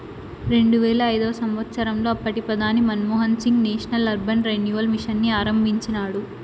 రెండువేల ఐదవ సంవచ్చరంలో అప్పటి ప్రధాని Manmohan Singh national urban renewal mission ని ఆరంభించినాడు